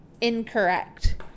incorrect